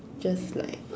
just like